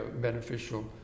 beneficial